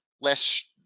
less